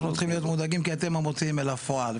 אנחנו צריכים להיות מודאגים כי אתם המוציאים אל הפועל.